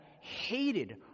hated